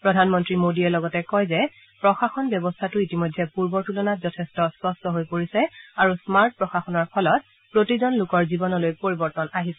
প্ৰধানমন্ত্ৰী মোডীয়ে লগতে কয় যে প্ৰশাসন ব্যৱস্থাটো ইতিমধ্যে পূৰ্বৰ তুলনাত যথেষ্ট স্বচ্ছ হৈ পৰিছে আৰু স্মাৰ্ট প্ৰশাসনৰ ফলত প্ৰতিজন লোকৰ জীৱনলৈ পৰিৱৰ্তন আহিছে